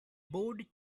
board